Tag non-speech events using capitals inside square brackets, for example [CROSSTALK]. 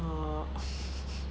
uh [NOISE]